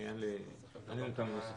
לי אין נתונים נוספים.